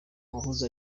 uwahoze